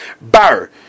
Bar